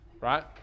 right